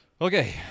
okay